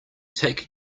take